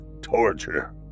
torture